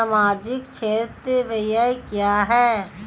सामाजिक क्षेत्र व्यय क्या है?